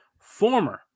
former